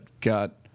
got